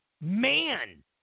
man